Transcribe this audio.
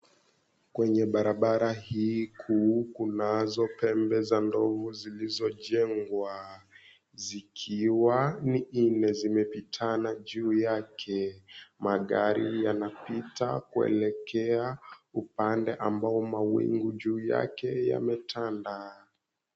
Kwenye barabara hii kuu kunazo pembe za ndovu zilizo jengwa, zikiwa ni nne zimepitana juu yake. Magari yanapita kuelekea upande ambao mawingu juu yake yametanda.